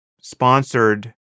sponsored